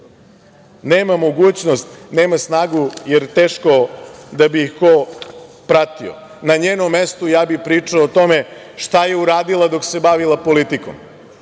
Nema mogućnost, nema snagu, jer teško da bi je ko pratio. Na njenom mestu ja bih pričao o tome šta je uradila dok se bavila politikom.